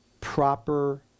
proper